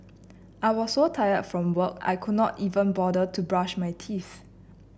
I was so tired from work I could not even bother to brush my teeth